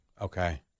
Okay